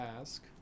ask